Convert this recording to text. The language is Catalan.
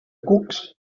cucs